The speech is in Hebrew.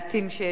שיש בבית,